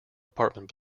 apartment